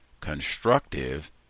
constructive